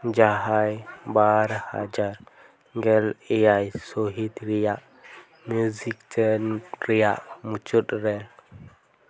ᱡᱟᱦᱟᱸᱭ ᱵᱟᱨ ᱦᱟᱡᱟᱨ ᱜᱮᱞ ᱮᱭᱟᱭ ᱥᱟᱹᱦᱤᱫ ᱨᱮᱭᱟᱜ ᱢᱤᱭᱩᱡᱤᱠ ᱛᱮᱱ ᱨᱮᱭᱟᱜ ᱢᱩᱪᱟᱹᱫ ᱨᱮ